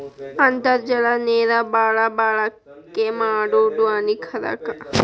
ಅಂತರ್ಜಲ ನೇರ ಬಾಳ ಬಳಕೆ ಮಾಡುದು ಹಾನಿಕಾರಕ